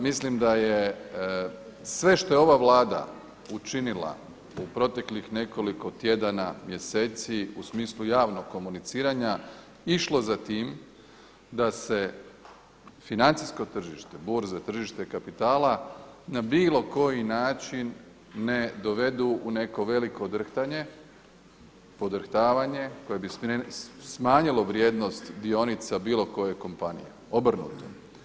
Mislim da je sve što je ova Vlada učinila u proteklih nekoliko tjedana, mjeseci u smislu javnog komuniciranja išlo za tim da se financijsko tržište, burze tržište kapitala na bilo koji način ne dovedu u neko veliko drhtanje, podrhtavanje koje bi smanjilo vrijednost dionica bilo koje kompanije, obrnuto.